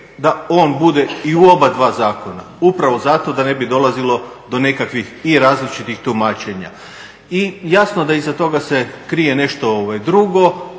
da on bude i u oba zakona upravo zato da ne bi dolazilo do nekakvih i različitih tumačenja. I jasno da iza toga se krije nešto drugo,